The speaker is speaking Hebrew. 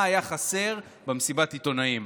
מה היה חסר במסיבת עיתונאים?